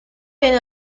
viene